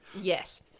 Yes